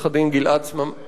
עו"ד גלעד סממה.